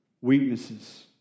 weaknesses